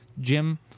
Jim